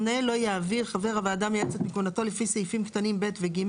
המנהל לא יעביר חבר הוועדה המייעצת מכהונתו לפי סעיפים קטנים (ב) ו-(ג)